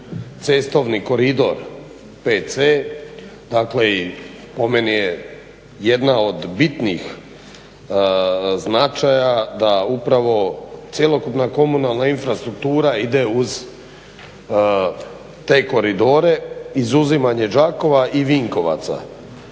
cestovni koridor 5c, dakle i po meni je jedna od bitnih značaja da upravo cjelokupna komunalna infrastruktura ide uz te koridore, izuzimanje Đakova i Vinkovaca